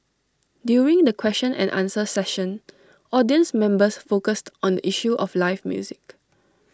during the question and answer session audience members focused on the issue of live music